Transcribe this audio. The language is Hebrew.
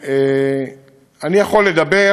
אני יכול לדבר